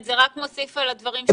זה רק מוסיף על הדברים שאמרנו.